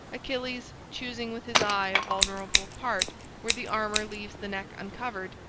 achilles choosing with his eye a vulnerable part where the armor leaves the neck uncovered,